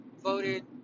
Voted